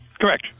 Correct